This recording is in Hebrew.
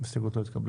הצבעה לא אושר